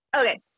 Okay